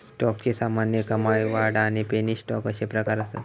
स्टॉकचे सामान्य, कमाई, वाढ आणि पेनी स्टॉक अशे प्रकार असत